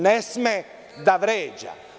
Ne sme da vređa.